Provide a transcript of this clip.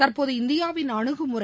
தற்போது இந்தியாவின் அணுகுமுறை